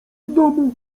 domu